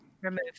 remove